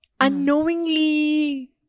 unknowingly